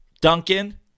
Duncan